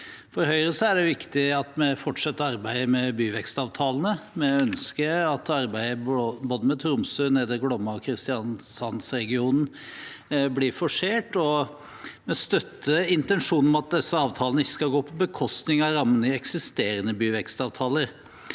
For Høyre er det viktig at vi fortsetter arbeidet med byvekstavtalene. Vi ønsker at arbeidet med både Tromsø, Nedre Glomma og Kristiansand-regionen blir forsert, og vi støtter intensjonen om at disse avtalene ikke skal gå på bekostning av rammene i eksisterende byvekstavtaler.